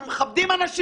אנחנו מכבדים אנשים.